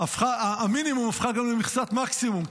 הפכה גם למכסת מקסימום.